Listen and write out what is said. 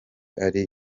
ari